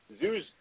zoos